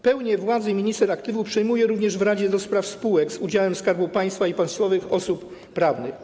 Pełnię władzy minister aktywów przejmuje również w Radzie do spraw spółek z udziałem Skarbu Państwa i państwowych osób prawnych.